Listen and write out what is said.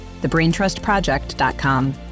thebraintrustproject.com